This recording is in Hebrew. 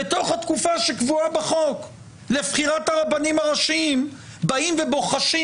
בתוך התקופה שקבועה בחוק לבחירת הרבנים הראשיים באים ובוחשים